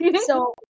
So-